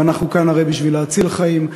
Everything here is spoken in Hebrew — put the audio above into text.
ואנחנו כאן הרי בשביל להציל חיים.